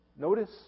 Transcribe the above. Notice